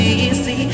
easy